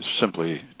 simply